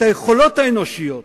היכולת האנושית,